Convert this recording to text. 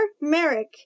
Merrick